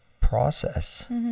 process